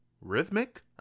rhythmic